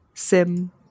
sim